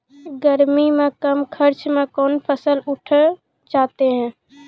गर्मी मे कम खर्च मे कौन फसल उठ जाते हैं?